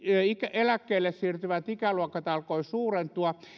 eläkkeelle siirtyvät ikäluokat alkoivat suurentua